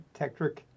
Tectric